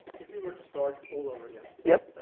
if you were to start all over again yep.